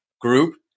group